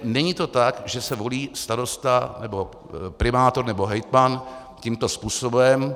Není to tak, že se volí starosta nebo primátor nebo hejtman tímto způsobem.